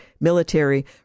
military